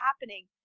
happening